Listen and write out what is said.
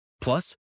Plus